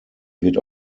wird